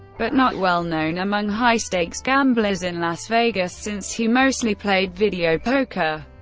but not well known among high-stakes gamblers in las vegas, since he mostly played video poker.